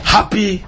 Happy